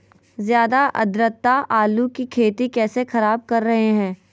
ज्यादा आद्रता आलू की खेती कैसे खराब कर रहे हैं?